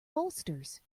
bolsters